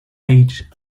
age